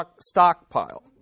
stockpile